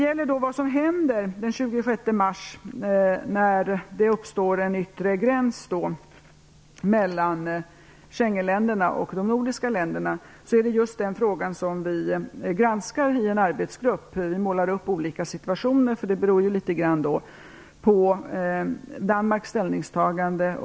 Frågan om vad som händer den 26 mars, när det uppstår en yttre gräns mellan Schengenländerna och de nordiska länderna, granskar vi i en arbetsgrupp, där vi målar upp olika situationer; konsekvenserna blir litet olika beroende på Danmarks ställningstagande.